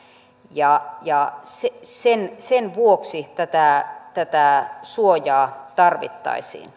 ja ja sen sen vuoksi tätä tätä suojaa tarvittaisiin no